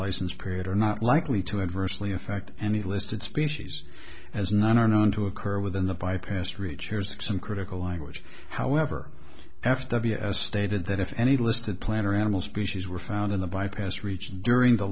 license period are not likely to adversely affect any listed species as none are known to occur within the bypassed reach here's some critical language however f w has stated that if any listed plant or animal species were found in the bypassed reach during the